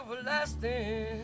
everlasting